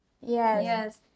Yes